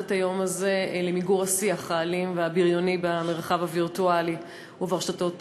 למיגור השיח האלים והבריוני במרחב הווירטואלי וברשתות החברתיות.